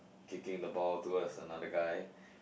kicking the ball towards another guy